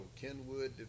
Kenwood